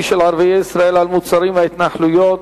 של ערביי ישראל על מוצרים מההתנחלויות,